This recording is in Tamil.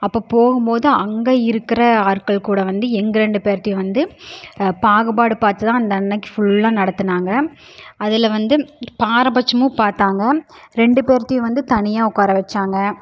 அப்போ போகும் போது அங்கே இருக்கிற ஆட்கள் கூட வந்து எங்கள் ரெண்டு பேர்த்தையும் வந்து பாகுபாடு பார்த்து தான் அந்த அன்றைக்கு ஃபுல்லாக நடத்தினாங்க அதில் வந்து பாரபட்சமும் பார்த்தாங்க ரெண்டு பேர்த்தையும் வந்து தனியாக உட்கார வெச்சாங்க